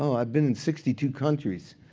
um i've been in sixty two countries.